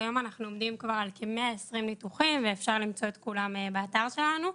כיום אנחנו עומדים כבר על כ-120 ניתוחים שאפשר למצוא את כולם באתר שלנו.